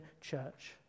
church